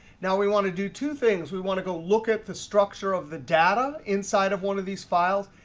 now we want to do two things. we want to go look at the structure of the data inside of one of these files.